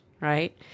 right